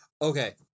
Okay